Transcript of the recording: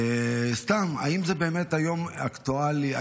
האם זה באמת אקטואלי היום?